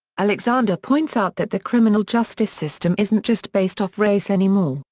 alexander points out that the criminal justice system isn't just based off race anymore,